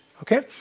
Okay